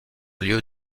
lieu